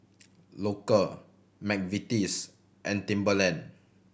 Loacker McVitie's and Timberland